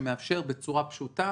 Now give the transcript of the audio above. שמאפשר בצורה פשוטה